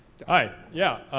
hi, yeah,